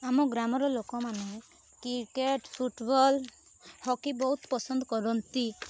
ଆମ ଗ୍ରାମର ଲୋକମାନେ କ୍ରିକେଟ୍ ଫୁଟବଲ୍ ହକି ବହୁତ ପସନ୍ଦ କରନ୍ତି